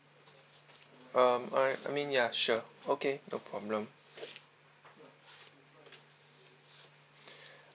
um I mean ya sure okay no problem